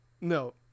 No